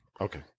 okay